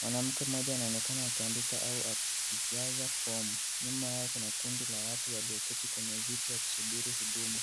Mwanamke mmoja anaonekana akiandika au akijaza fomu. Nyuma yao kuna kundi la watu walioketi kwenye viti wakisubiri huduma .